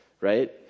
right